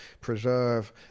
preserve